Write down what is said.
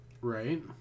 Right